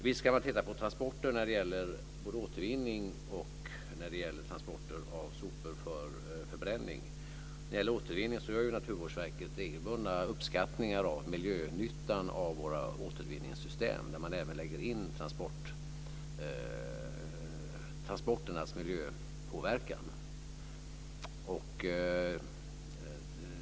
Visst kan man titta på transporter när det gäller både återvinning och sopor för förbränning. När det gäller återvinning gör Naturvårdsverket regelbundna uppskattningar av miljönyttan av våra återvinningssystem, där man även lägger in transporternas miljöpåverkan.